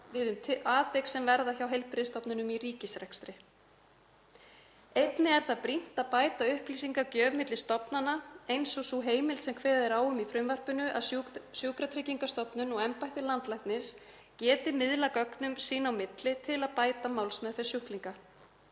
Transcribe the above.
við um atvik sem verða hjá heilbrigðisstofnunum í ríkisrekstri. Einnig er brýnt að bæta upplýsingagjöf milli stofnana eins og með þeirri heimild sem kveðið er á um í frumvarpinu, að sjúkratryggingastofnunin og embætti landlæknis geti miðlað gögnum sín á milli til að bæta málsmeðferð sjúklinga.